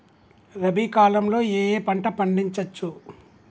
రబీ కాలంలో ఏ ఏ పంట పండించచ్చు?